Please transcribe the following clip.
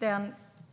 det här.